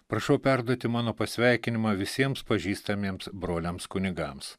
prašau perduoti mano pasveikinimą visiems pažįstamiems broliams kunigams